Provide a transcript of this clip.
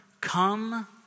come